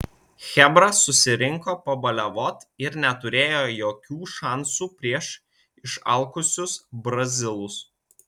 chebra susirinko pabaliavot ir neturėjo jokių šansų prieš išalkusius brazilus